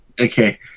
okay